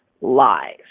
lies